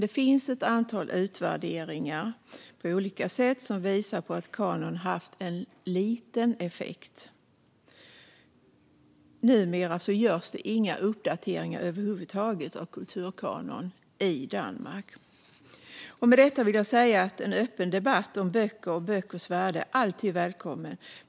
Det finns dock ett antal olika utvärderingar som visar på att kanon har haft en liten effekt. Numera görs inga uppdateringar över huvud taget av kulturkanon i Danmark. Med detta vill jag säga att en öppen debatt om böcker och böckers värde alltid är välkommen.